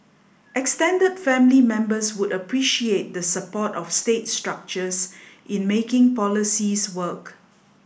extended family members would appreciate the support of state structures in making policies work